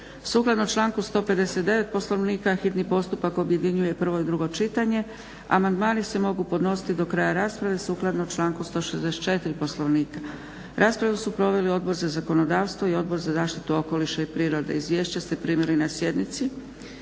Sukladno članku 159. Poslovnika hitni postupak objedinjuje prvo i drugo čitanje. Amandmani se mogu podnositi do kraja rasprave sukladno članku 164. Poslovnika. Raspravu su proveli Odbor za zakonodavstvo i Odbor za zaštitu okoliša i prirode. Izvješća ste primili na sjednici.